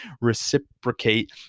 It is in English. reciprocate